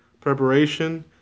preparation